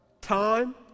time